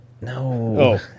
No